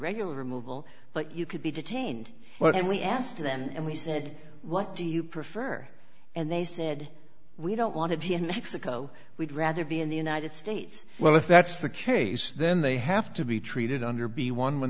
regular removal but you could be detained but then we asked them and we said what do you prefer and they said we don't want to be an exit go we'd rather be in the united states well if that's the case then they have to be treated under be one when